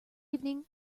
evening